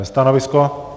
Stanovisko?